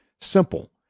Simple